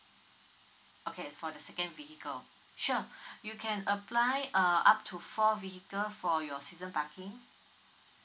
okay for the second vehicle sure you can apply uh up to four vehicle for your season parking